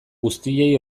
guztiei